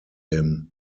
him